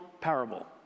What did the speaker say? parable